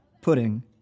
Pudding